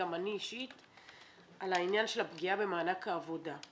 וגם אני אישית קיבלנו פניות על העניין של פגיעה במענק העבודה.